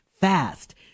fast